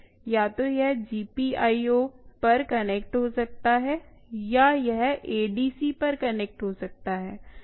या तो यह GPIO पर कनेक्ट हो सकता है या यह ADC पर कनेक्ट हो सकता है